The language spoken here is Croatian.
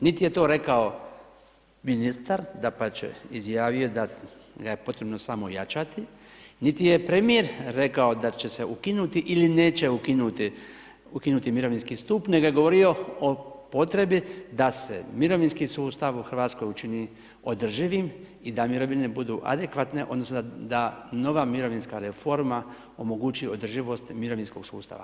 Nit je to rekao ministar, dapače, izjavio je da ga je potrebno samo ojačati, niti je premijer rekao da će se ukinuti ili neće ukinuti mirovinski stup nego je govorio o potrebi da se mirovinski sustav u Hrvatskoj učini održivim i da mirovine budu adekvatne odnosno da nova mirovinska reforma omogući održivost mirovinskog sustava.